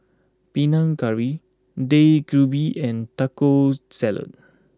Panang Curry Dak Galbi and Taco Salad